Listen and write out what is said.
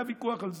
היה ויכוח על זה,